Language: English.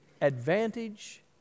advantage